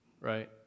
right